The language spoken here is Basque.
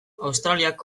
australiak